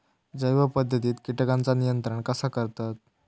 जैव पध्दतीत किटकांचा नियंत्रण कसा करतत?